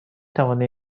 توانی